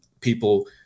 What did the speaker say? people